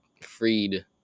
freed